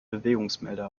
bewegungsmelder